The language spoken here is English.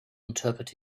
interpret